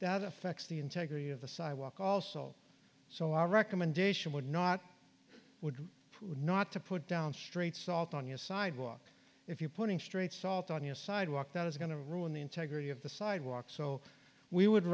that affects the integrity of the sidewalk also so our recommendation would not would not to put down street salt on your sidewalk if you're putting straight salt on your sidewalk that is going to ruin the integrity of the sidewalk so we would